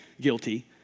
guilty